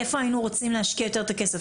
איפה היינו רוצים להשקיע יותר את הכסף?